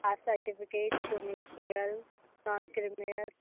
caste certificate domicile non criminal